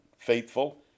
faithful